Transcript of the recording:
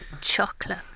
chocolate